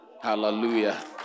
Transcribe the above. Hallelujah